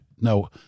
no